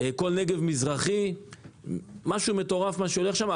וכל הנגב המזרחי, מטורף מה שהולך שם.